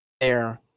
Air